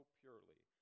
purely